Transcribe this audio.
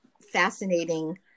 fascinating